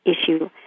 issue